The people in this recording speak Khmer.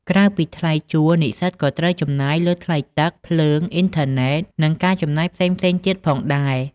ក្រៅពីថ្លៃជួល និស្សិតក៏ត្រូវចំណាយលើថ្លៃទឹក ភ្លើង អុីនធឺណេត និងការចំណាយផ្សេងៗទៀតផងដែរ។